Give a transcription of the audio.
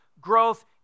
growth